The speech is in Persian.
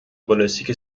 بالستیک